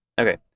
Okay